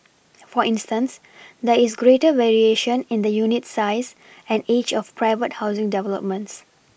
for instance there is greater variation in the unit size and age of private housing developments